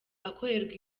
akorerwa